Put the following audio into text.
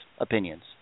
opinions